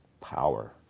power